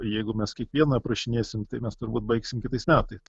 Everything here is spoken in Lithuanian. jeigu mes kiekvieną aprašinėsim tai mes turbūt baigsim kitais metais